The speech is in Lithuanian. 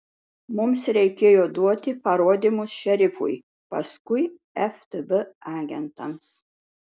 mums reikėjo duoti parodymus šerifui paskui ftb agentams